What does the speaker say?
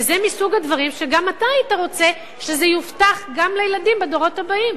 וזה מסוג הדברים שגם אתה היית רוצה שיובטח גם לילדים בדורות הבאים.